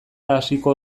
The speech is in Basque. hasiko